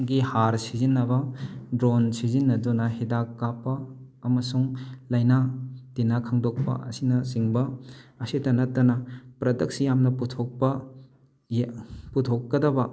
ꯒꯤ ꯍꯥꯔ ꯁꯤꯟꯖꯤꯟꯅꯕ ꯗ꯭ꯔꯣꯟ ꯁꯤꯖꯤꯟꯅꯗꯨꯅ ꯍꯤꯗꯥꯛ ꯀꯥꯞꯄ ꯑꯃꯁꯨꯡ ꯂꯩꯅꯥ ꯇꯤꯟꯅꯥ ꯈꯪꯗꯣꯛꯄ ꯑꯁꯤꯅꯆꯤꯡꯕ ꯑꯁꯤꯇ ꯅꯠꯇꯅ ꯄ꯭ꯔꯗꯛꯁꯦ ꯌꯥꯝꯅ ꯄꯨꯊꯣꯛꯄ ꯄꯨꯊꯣꯛꯀꯗꯕ